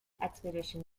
expedition